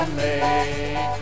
make